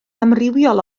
amrywiol